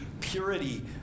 purity